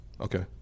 Okay